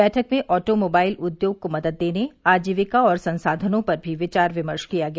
बैठक में automobile उद्योग को मदद देने आजीविका और संसाधनों पर भी विचार विमर्श किया गया